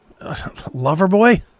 Loverboy